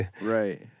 Right